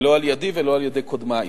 לא על-ידי ולא על-ידי קודמי.